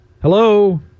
Hello